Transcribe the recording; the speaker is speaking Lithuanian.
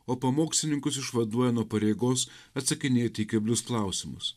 o pamokslininkus išvaduoja nuo pareigos atsakinėti į keblius klausimus